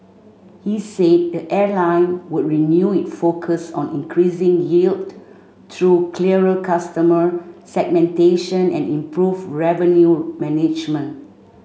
he said the airline would renew its focus on increasing yield through clearer customer segmentation and improved revenue management